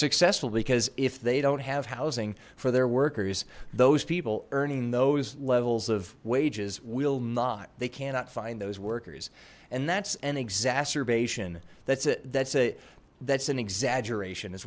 successful because if they don't have housing for their workers those people earning those levels of wages will not they cannot find those workers and that's an exacerbation that's it that's a that's an exaggeration as